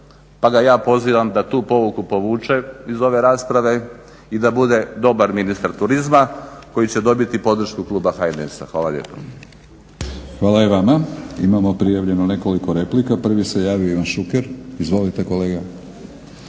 pa ga ja pozivam da tu pouku povuče iz ove rasprave i da bude dobar ministar turizma koji će dobiti podršku kluba HNS-a. Hvala lijepa. **Batinić, Milorad (HNS)** Hvala i vama. Imamo prijavljeno nekoliko replika, prvi se javio Ivan Šuker. Izvolite kolega.